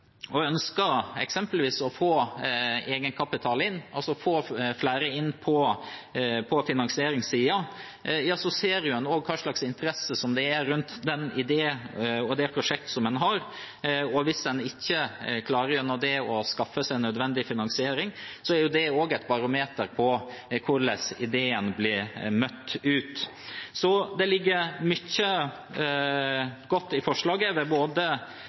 og ønsker å få inn f.eks. egenkapital og flere inn på finansieringssiden, ser en også hvilken interesse det er rundt den ideen eller det prosjektet som en har. Hvis en gjennom det ikke klarer å skaffe seg nødvendig finansiering, er det et barometer på hvordan ideen blir møtt der ute. Det ligger mye godt i forslaget. Jeg vil berømme Venstre både